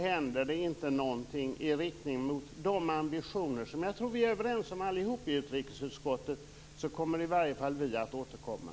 Händer det inget i riktning mot de ambitioner som jag tror att vi alla är överens om i utrikesutskottet så kommer i alla fall vi att återkomma.